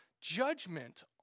judgment